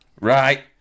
right